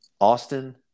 Austin